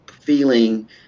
feeling